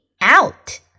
out